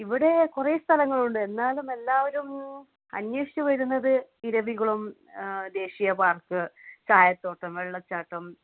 ഇവിടെ കുറെ സ്ഥലങ്ങളുണ്ട് എന്നാലും എല്ലാവരും അന്വേഷിച്ച് വരുന്നത് ഇരവികുളം ദേശീയ പാർക്ക് ചായതോട്ടം വെള്ളച്ചാട്ടം